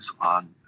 on